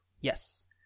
Yes